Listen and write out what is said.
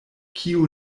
kiu